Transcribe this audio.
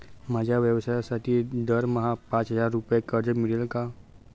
माझ्या व्यवसायासाठी दरमहा पाच हजार रुपये कर्ज मिळेल का?